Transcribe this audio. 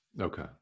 okay